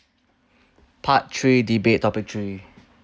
part three debate topic three